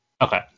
Okay